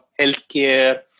healthcare